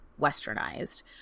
westernized